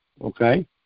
okay